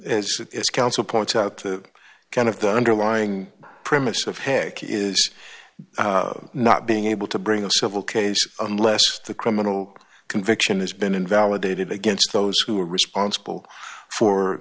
its counsel points out the kind of the underlying premise of hickey is not being able to bring a civil case unless the criminal conviction has been invalidated against those who are responsible for